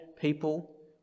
people